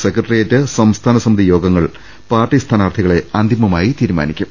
സെക്രട്ടേറി yet സംസ്ഥാനസമിതി യോഗങ്ങൾ party സ്ഥാനാർഥികളെ അന്തിമ മായി തീരുമാനിക്കും